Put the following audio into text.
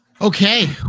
Okay